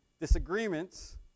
disagreements